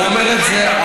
אני לא אומר את זה,